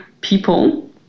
people